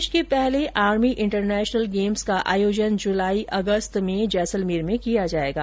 देश के पहले आर्मी इंटरनेशनल गेम्स का आयोजन जुलाई अगस्त में जैसलमेर में किया जाएगा